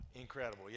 Incredible